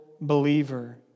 believer